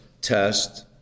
test